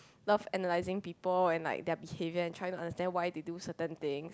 love analyzing people and like their behaviours and try to understand why they do certain things